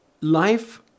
life